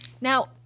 Now